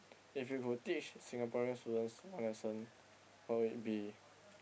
if you could teach Singaporeans to learns one lesson what would it be